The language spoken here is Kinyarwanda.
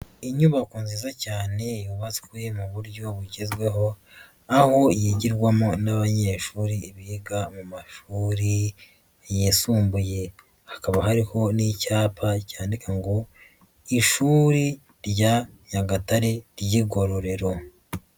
Inyubako nziza cyane yubatswe mu buryo bugezweho, aho yigirwamo n'abanyeshuri biga mu mashuri yisumbuye. Hakaba hariho n'icyapa cyanditseho ngo ishuri rya Nyagatare ry'igororero.